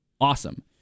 awesome